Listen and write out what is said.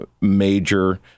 major